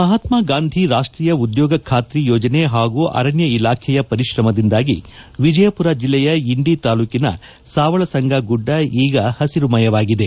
ಮಹಾತ್ಮ ಗಾಂಧಿ ರಾಷ್ಟೀಯ ಉದ್ಯೋಗ ಖಾತ್ರಿ ಯೋಜನೆ ಹಾಗೂ ಅರಣ್ಯ ಇಲಾಖೆಯ ಪರಿಶ್ರಮದಿಂದಾಗಿ ವಿಜಯಪುರ ಜಿಲ್ಲೆಯ ಇಂಡಿ ತಾಲೂಕಿನ ಸಾವಳಸಂಗ ಗುಡ್ಡ ಈಗ ಹಸಿರುಮಯವಾಗಿದೆ